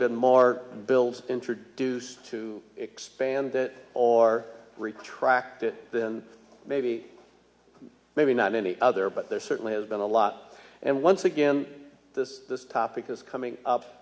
been more bills introduced to expand that or retract it than maybe maybe not any other but there certainly has been a lot and once again this this topic is coming up